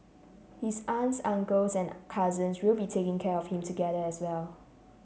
his aunts uncles and cousins will be taking care of him together as well